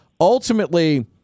Ultimately